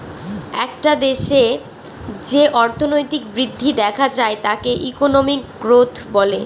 একটা দেশে যে অর্থনৈতিক বৃদ্ধি দেখা যায় তাকে ইকোনমিক গ্রোথ বলে